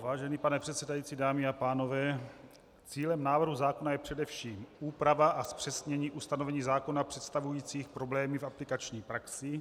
Vážený pane předsedající, dámy a pánové, cílem návrhu zákona je především úprava a zpřesnění ustanovení zákona představujících problémy v aplikační praxi.